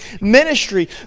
ministry